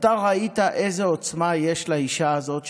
ואתה ראית איזו עוצמה יש לאישה הזאת,